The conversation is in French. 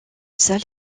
salle